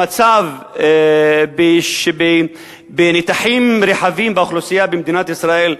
המצב בקרב נתחים רחבים באוכלוסייה במדינת ישראל,